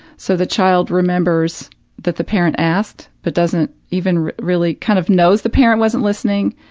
so the child remembers that the parent asked, but doesn't even really kind of knows the parent wasn't listening,